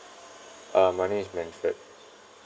uh my name is manfred